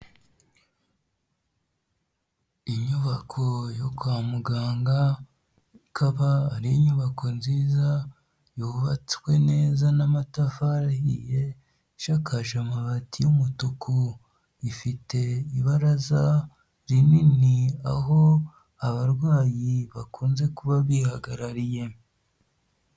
Inyubako yo kwa muganga ikaba ari inyubako nziza yubatswe neza n'amatafari ahiye ishakaje amabati y'umutuku, ifite ibaraza rinini aho abarwayi bakunze kuba bihagarariye.